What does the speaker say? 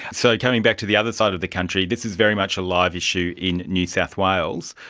so coming back to the other side of the country, this is very much a live issue in new south wales.